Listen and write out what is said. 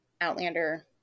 outlander